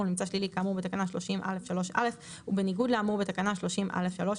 של ממצא שלילי כאמור בתקנה 30(א)(3)(א) ובניגוד לאמור בתקנה 30(א)(3),